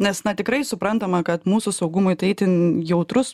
nes na tikrai suprantama kad mūsų saugumui tai itin jautrus